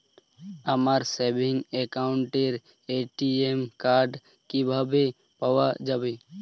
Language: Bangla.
আমার সেভিংস অ্যাকাউন্টের এ.টি.এম কার্ড কিভাবে পাওয়া যাবে?